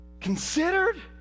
considered